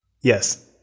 Yes